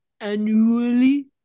Annually